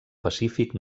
pacífic